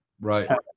Right